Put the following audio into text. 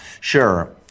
Sure